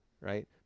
right